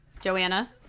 Joanna